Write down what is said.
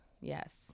Yes